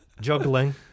juggling